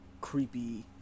creepy